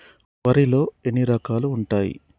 వరిలో ఎన్ని రకాలు ఉంటాయి?